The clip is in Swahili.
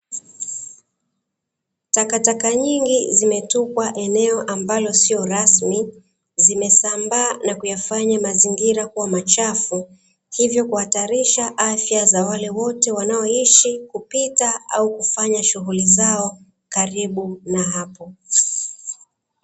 Takataka nyingi zimetupwa eneo ambalo sio rasmi, zimesambaa na kuyafanya mazingira kuwa machafu, hivyo kuhatarisha afya za wale wote wanaoishi, kupita au kufanya shughuli zao karibu na hapo.